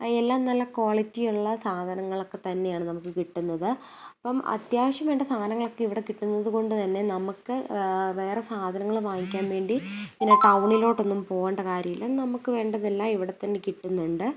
എല്ലാം നല്ല ക്വാളിറ്റിയുള്ള സാധങ്ങളൊക്കെ തന്നെയാണ് നമുക്ക് കിട്ടുന്നത് അപ്പം അത്യാവശ്യം വേണ്ട സാധങ്ങളൊക്കെ ഇവിടെ കിട്ടുന്നത് കൊണ്ട് തന്നെ നമുക്ക് വേറെ സാധങ്ങൾ വാങ്ങിക്കാൻ വേണ്ടി പിന്നെ ടൗണിലൊട്ടൊന്നും പോകേണ്ട കാര്യമില്ല നമുക്ക് വേണ്ടതെല്ലാം ഇവിടെ തന്നെ കിട്ടുന്നുണ്ട്